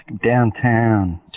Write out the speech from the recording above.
downtown